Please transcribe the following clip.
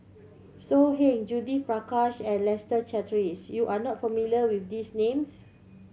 So Heng Judith Prakash and Leslie Charteris you are not familiar with these names